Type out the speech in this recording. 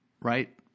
right